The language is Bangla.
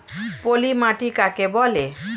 পলি মাটি কাকে বলে?